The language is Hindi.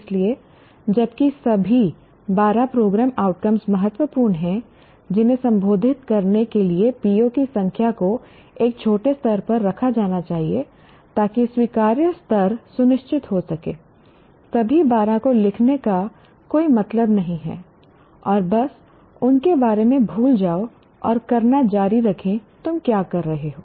इसलिए जबकि सभी 12 प्रोग्राम आउटकम्स महत्वपूर्ण हैं जिन्हें संबोधित करने के लिए PO की संख्या को एक छोटे स्तर पर रखा जाना चाहिए ताकि स्वीकार्य स्तर सुनिश्चित हो सके सभी 12 को लिखने का कोई मतलब नहीं है और बस उनके बारे में भूल जाओ और करना जारी रखें तुम क्या कर रहे हो